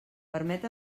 permet